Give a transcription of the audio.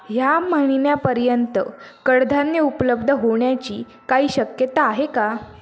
ह्या महिन्यापर्यंत कडधान्य उपलब्ध होण्याची काही शक्यता आहे का